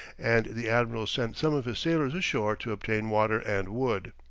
and the admiral sent some of his sailors ashore to obtain water and wood.